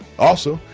also,